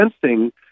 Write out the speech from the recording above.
sensing